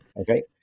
Okay